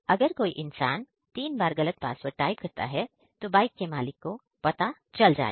अगर कोई इंसान 3 बार गलत पासवर्ड टाइप करता है तो बाइक के मालिक को पता चल जाएगा